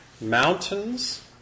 mountains